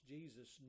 Jesus